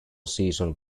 season